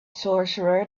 sorcerer